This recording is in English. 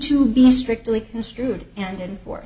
to be strictly construed and in for